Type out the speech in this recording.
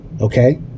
Okay